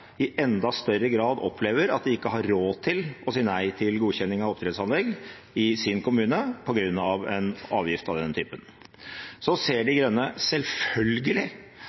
i enda større grad opplever at de ikke har råd til å si nei til godkjenning av oppdrettsanlegg i sin kommune på grunn av en avgift av denne typen. Miljøpartiet De Grønne ser selvfølgelig